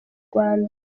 rwanda